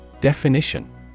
Definition